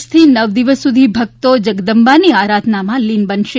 આજથી નવ દિવસ સુધી ભક્તો જગદમ્બાની આરાધનામાં લીન બનશે